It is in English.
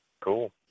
cool